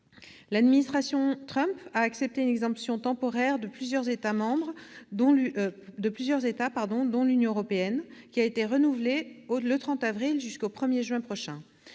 L'administration Trump a accepté une exemption temporaire de plusieurs États, dont l'Union européenne, qui a été renouvelée le 30 avril, jusqu'au 1 juin prochain.